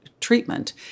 treatment